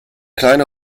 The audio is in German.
kleine